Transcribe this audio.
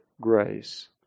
grace